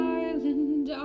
island